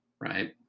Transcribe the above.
right